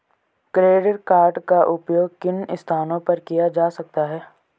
Credit card का उपयोग किन स्थानों पर किया जा सकता है?